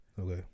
Okay